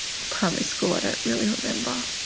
primary school i don't really remember.